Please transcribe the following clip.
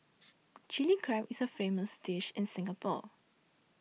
Chilli Crab is a famous dish in Singapore